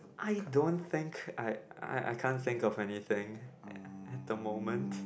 I don't think I I I can't think of anything at the moment